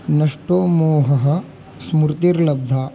नष्टो मोहः स्मृतिर्लब्धा